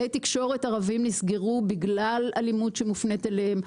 כלי תקשורת ערבים נסגרו בגלל אלימות שמופנית אליהם.